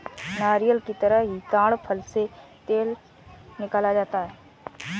नारियल की तरह ही ताङ फल से तेल निकाला जाता है